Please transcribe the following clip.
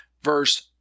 Verse